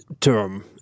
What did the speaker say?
term